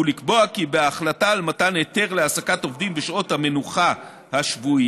ולקבוע כי בהחלטה על מתן היתר להעסקת עובדים בשעות המנוחה השבועיות,